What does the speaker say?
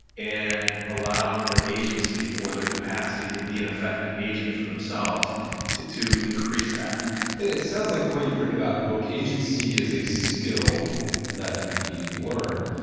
and allow their agency or their capacity to be an effective agent for themselves to to increase that and it sounds like the way you've written about in the book, agency is a skill that can be learned.